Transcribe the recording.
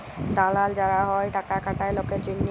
দালাল যারা হ্যয় টাকা খাটায় লকের জনহে